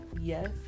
Yes